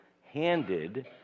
handed